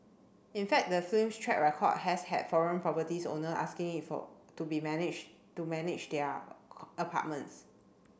in fact the film's track record has had foreign properties owner asking it for to be manage to manage their apartments